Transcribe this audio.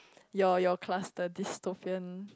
your your cluster dystopian